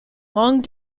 long